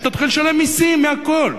תתחיל לשלם מסים מהכול.